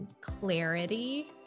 clarity